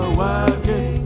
working